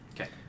Okay